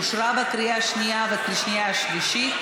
אושרה בקריאה שנייה ובקריאה שלישית,